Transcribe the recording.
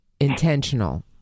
intentional